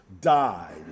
died